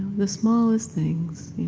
the smallest things.